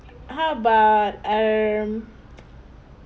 how about um